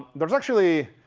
there's actually